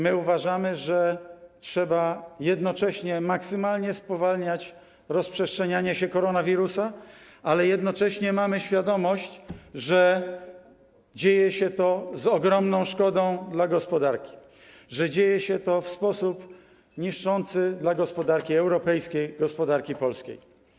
My uważamy, że trzeba maksymalnie spowalniać rozprzestrzenianie się koronawirusa, ale jednocześnie mamy świadomość, że dzieje się to z ogromną szkodą dla gospodarki, że dzieje się to w sposób niszczący dla gospodarki europejskiej, gospodarki polskiej.